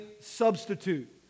substitute